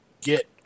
get